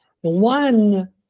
one